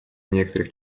некоторых